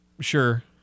sure